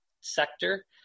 sector